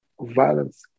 Violence